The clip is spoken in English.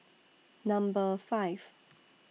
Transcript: Number five